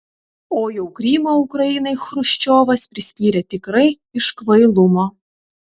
o jau krymą ukrainai chruščiovas priskyrė tikrai iš kvailumo